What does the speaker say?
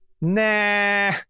Nah